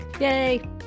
Yay